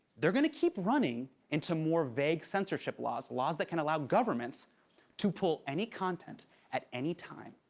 they're going to keep running into more vague censorship laws. laws that can allow governments to pull any content at any time.